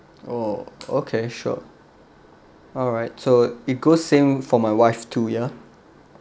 oh okay sure alright so it goes same for my wife too ya